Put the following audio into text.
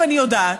אני יודעת.